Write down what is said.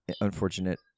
unfortunate